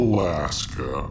Alaska